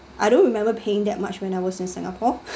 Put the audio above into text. I don't remember paying that much when I was in singapore